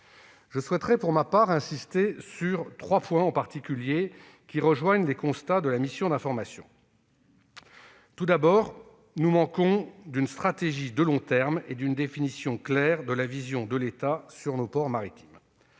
Je souhaiterais insister sur trois points, qui rejoignent les constats de la mission d'information. Tout d'abord, nous manquons d'une stratégie de long terme et d'une définition claire de la vision de l'État sur nos ports maritimes.